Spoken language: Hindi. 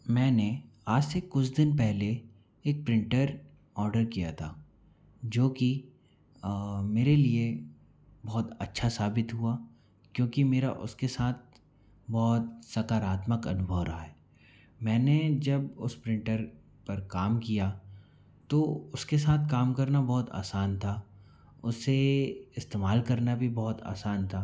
मैंने आज से कुछ दिन पहले एक प्रिंटर ऑर्डर किया था जो कि मेरे लिए बहुत अच्छा साबित हुआ क्योंकि मेरा उसके साथ बहुत सकारात्मक अनुभव रहा है मैंने जब उस प्रिंटर पर काम किया तो उसके साथ काम करना बहुत आसान था उसे इस्तेमाल करना भी बहुत आसान था